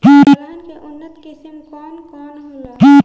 दलहन के उन्नत किस्म कौन कौनहोला?